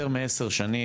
יותר מעשר שנים,